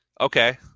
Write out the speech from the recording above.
Okay